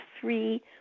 three